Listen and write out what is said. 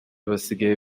basigaye